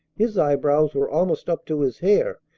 his eyebrows were almost up to his hair,